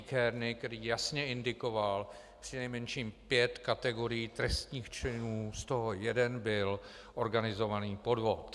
KEARNEY, který jasně indikoval přinejmenším pět kategorií trestných činů, z toho jeden byl organizovaný podvod.